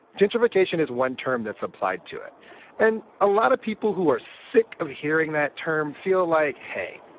gentrification is one term that's applied to it and a lot of people who are sick of hearing that term feel like, hey,